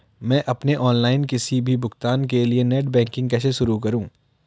मैं अपने ऑनलाइन किसी भी भुगतान के लिए नेट बैंकिंग कैसे शुरु करूँ?